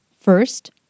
First